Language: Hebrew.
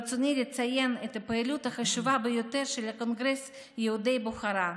ברצוני לציין את הפעילות החשובה ביותר של קונגרס יהודי בוכרה.